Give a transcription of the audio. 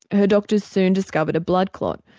her doctors soon discovered a blood clot.